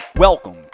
Welcome